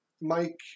Mike